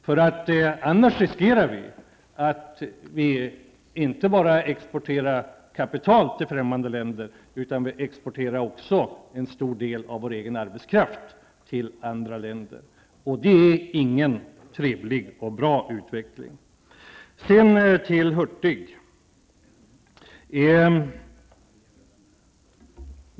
Det finns annars risk för att vi inte bara exporterar kapital till främmande länder utan att vi också exporterar en stor del av vår egen arbetskraft till andra länder. Det är ingen trevlig och bra utveckling. Sedan till Bengt Hurtig.